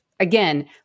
Again